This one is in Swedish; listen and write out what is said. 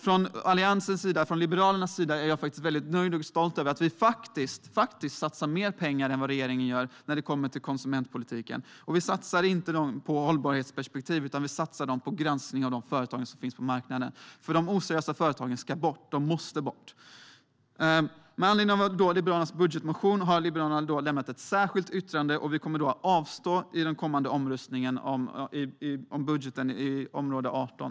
Från Alliansens och Liberalernas sida är jag nöjd och stolt över att vi satsar mer pengar än vad regeringen gör när det kommer till konsumentpolitiken. Vi satsar dem inte på hållbarhetsperspektiv utan på granskning av de företag som finns på marknaden. De oseriösa företagen ska bort. De måste bort. Med anledning av Liberalernas budgetmotion har vi lämnat ett särskilt yttrande. Vi kommer att avstå i den kommande omröstningen om budgeten på område 18.